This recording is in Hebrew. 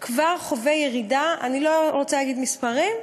כבר חווה ירידה, אני לא רוצה להגיד מספרים,